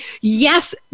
yes